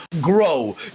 grow